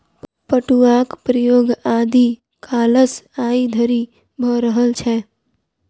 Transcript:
पटुआक प्रयोग आदि कालसँ आइ धरि भ रहल छै